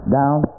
down